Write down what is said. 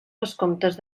vescomtes